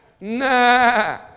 nah